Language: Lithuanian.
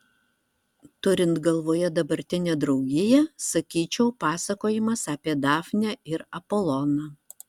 turint galvoje dabartinę draugiją sakyčiau pasakojimas apie dafnę ir apoloną